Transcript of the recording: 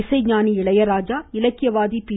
இசைஞானி இளையராஜா இலக்கியவாதி பி